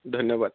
ধন্যবাদ